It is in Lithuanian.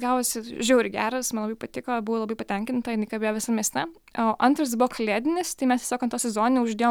gavosi žiauriai geras man labai patiko buvau labai patenkinta jin kabėjo visam mieste o antras buvo kalėdinis tai mes tiesiog ant to sezoninio uždėjom